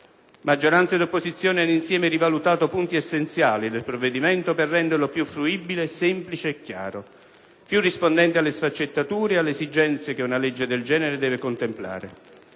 Maggioranza ed opposizione hanno insieme rivalutato punti essenziali del provvedimento per renderlo più fruibile, semplice e chiaro; più rispondente alle sfaccettature e alle esigenze che una legge del genere deve contemplare. Permettetemi